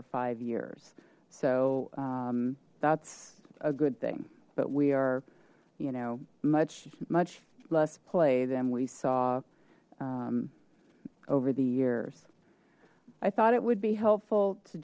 or five years so that's a good thing but we are you know much much less play than we saw over the years i thought it would be helpful to